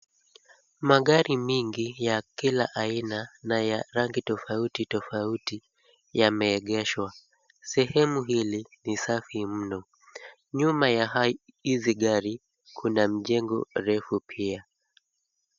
Magari mingi ya kila aina na ya rangi tofauti tofauti yameegeshwa. Sehemu hili ni safi mno. Nyuma ya hizi gari kuna mjengo refu pia.